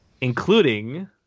including